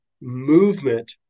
movement